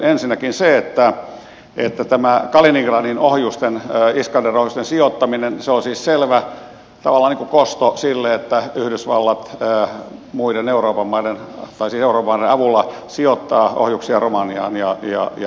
ensinnäkin kaliningradin iskander ohjusten sijoittaminen on siis selvä tavallaan kosto sille että yhdysvallat euroopan maiden avulla sijoittaa ohjuksia romaniaan ja puolaan